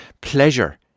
pleasure